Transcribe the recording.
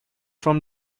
from